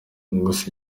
gusa